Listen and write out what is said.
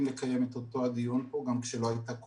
לקיים את אותו הדיון פה גם כשלא הייתה קורונה.